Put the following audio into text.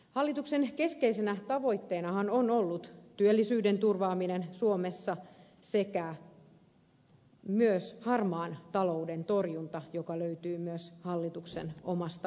hallituksen keskeisenä tavoitteenahan on ollut työllisyyden turvaaminen suomessa sekä myös harmaan talouden torjunta joka löytyy myös hallituksen omasta ohjelmasta